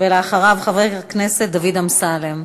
אחריו, חבר הכנסת דוד אמסלם.